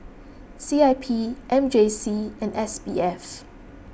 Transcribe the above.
C I P M J C and S B F